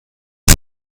sie